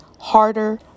harder